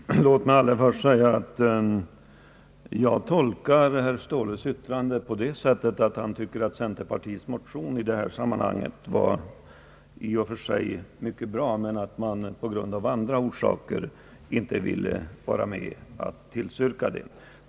Herr talman! Låt mig först säga att jag tolkar herr Ståhles yttrande på det sättet att han anser att centerpartiets motioner i detta sammanhang i och för sig är mycket bra men att utskottet av andra orsaker inte vill tillstyrka dem.